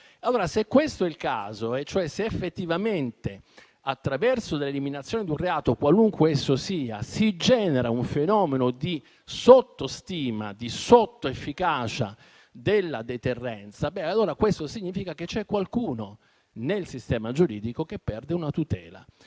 se questo è il caso, cioè se effettivamente, attraverso l'eliminazione di un reato, qualunque esso sia, si genera un fenomeno di sottostima e di sottoefficacia della deterrenza, questo significa che c'è qualcuno nel sistema giuridico che perde una tutela.